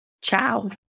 Ciao